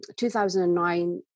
2009